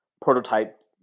prototype